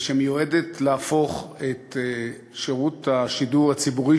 ושמיועדת להפוך את שירות השידור הציבורי